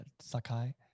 sakai